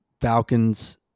Falcons